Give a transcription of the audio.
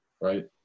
right